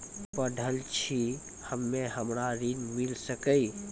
पढल छी हम्मे हमरा ऋण मिल सकई?